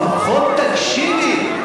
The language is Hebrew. לפחות תקשיבי.